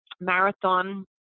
marathon